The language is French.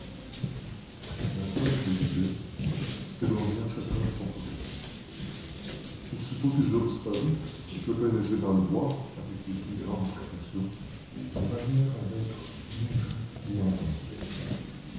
et delivet s'éloignèrent chacun de son côté aussitôt qu'ils eurent disparu je pénétrai dans le bois avec les plus grandes précautions de manière à n'être ni vu ni entendu